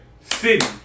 City